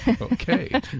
Okay